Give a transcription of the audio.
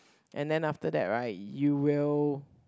and then after that right you will